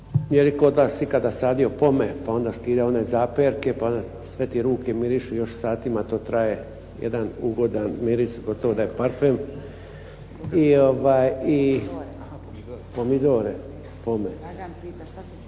je li tko od vas ikada sadio pome, pa onda skidao one zaperke, pa onda sve ti ruke mirišu još satima, to traje jedan ugodan miris, gotovo da je parfem. …/Upadica se ne razumije./… Pomidore, pome.